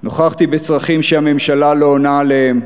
נוכחתי בצרכים שהממשלה לא עונה עליהם,